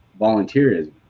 volunteerism